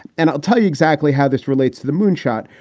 and i'll tell you exactly how this relates to the moonshot.